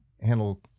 handle